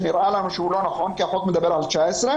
שנראה לנו שהוא לא נכון כי החוק מדבר על 2019,